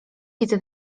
widzę